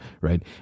right